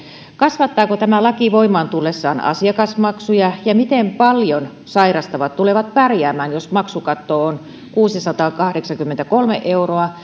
kasvattaako tämä laki voimaan tullessaan asiakasmaksuja ja miten tulevat paljon sairastavat pärjäämään jos maksukatto on kuusisataakahdeksankymmentäkolme euroa